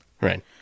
Right